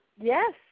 Yes